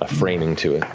a framing to it.